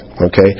okay